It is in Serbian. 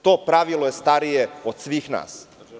To pravilo je starije od svih nas.